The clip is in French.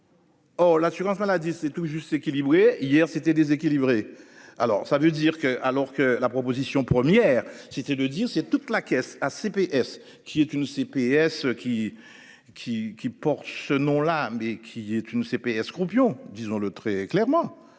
L'assurance maladie, c'est tout juste, équilibré, hier c'était déséquilibré. Alors ça veut dire que, alors que la proposition première, c'était de dire, c'est toute la caisse à CBS, qui est une CPS qui qui qui porte ce nom-là mais qui est une CPS croupion, disons-le très clairement